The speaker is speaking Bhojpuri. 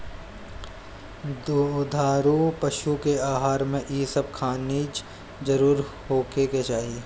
दुधारू पशु के आहार में इ सब खनिज जरुर होखे के चाही